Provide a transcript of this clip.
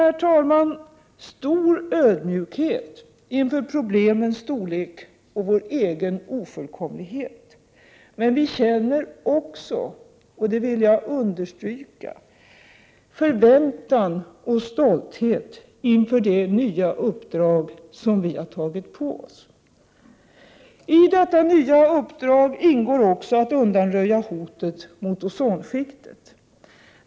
Vi känner stor ödmjukhet inför problemens storlek och vår egen ofullkomlighet. Men jag vill understryka att vi också känner förväntan och stolthet inför det nya uppdrag som vi har tagit på oss. I detta nya uppdrag ingår också att undanröja hotet mot ozonskiktet.